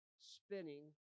spinning